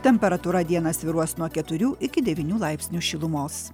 temperatūra dieną svyruos nuo keturių iki devynių laipsnių šilumos